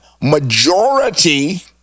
majority